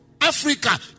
Africa